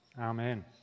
Amen